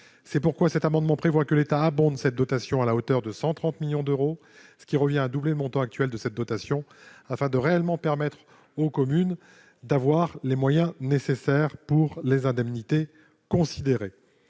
C'est pourquoi cet amendement prévoit que l'État abonde cette dotation à hauteur de 130 millions d'euros, ce qui revient à doubler son montant actuel, afin de réellement permettre aux communes d'avoir les moyens nécessaires pour financer ces